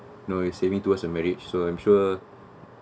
you know you saving towards a marriage so I'm sure